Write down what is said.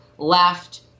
Left